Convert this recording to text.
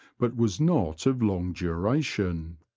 but was not of long duration.